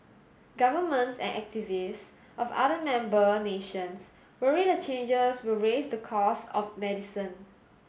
governments and activists of other member nations worry the changes will raise the costs of medicine